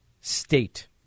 state